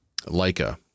Leica